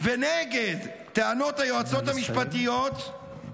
ונגד טענות היועצות המשפטיות -- נא לסיים.